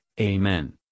Amen